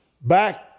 Back